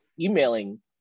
emailing